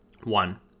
One